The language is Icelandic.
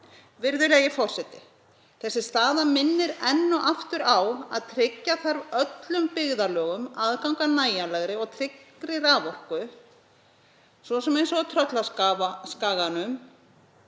Virðulegi forseti. Þessi staða minnir enn og aftur á að tryggja þarf öllum byggðarlögum aðgang að nægjanlegri og tryggri raforku, svo sem á Tröllaskaga